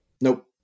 Nope